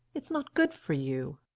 it's not good for you.